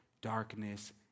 darkness